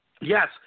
yes